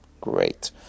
great